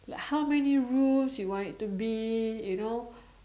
like how many rooms you want it to be you know